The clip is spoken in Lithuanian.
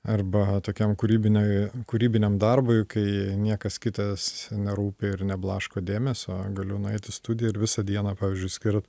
arba tokiam kūrybiniui kūrybiniam darbui kai niekas kitas nerūpi ir neblaško dėmesio galiu nueit į studiją ir visą dieną pavyzdžiui skirt